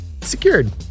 Secured